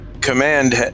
command